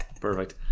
Perfect